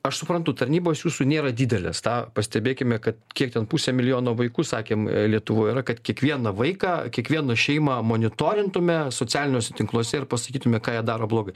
aš suprantu tarnybos jūsų nėra didelės tą pastebėkime kad kiek ten pusę milijono vaikų sakėm lietuvoje yra kad kiekvieną vaiką kiekvieną šeimą monitorintume socialiniuose tinkluose ir pasakytume ką jie daro blogai